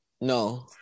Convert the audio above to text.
No